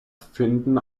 finden